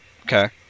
Okay